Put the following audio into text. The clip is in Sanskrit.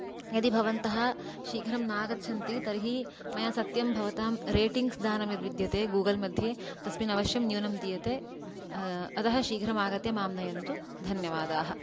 यदि भवन्तः शीघ्रं न आगच्छन्ति तर्हि मया सत्यं भवतां रेटिङ्ग्स् दानं यद् विद्यते गूगुल्मध्ये तस्मिन् अवश्यं न्यूनं दीयते अतः शीघ्रम् आगत्य माम् नयन्तु धन्यवादः